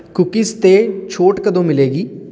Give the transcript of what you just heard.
cookies 'ਤੇ ਛੋਟ ਕਦੋਂ ਮਿਲੇਗੀ